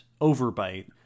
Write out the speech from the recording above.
overbite